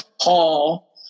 Paul